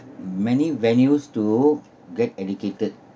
many venues to get educated